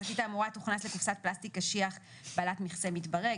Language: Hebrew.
השקית האמורה תוכנס לקופסת פלסטיק קשיח בעלת מכסה מתברג,